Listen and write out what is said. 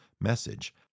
message